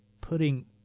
putting